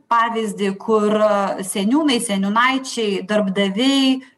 pavyzdį kur seniūnai seniūnaičiai darbdaviai